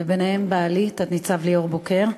וביניהם בעלי, תת-ניצב ליאור בוקר.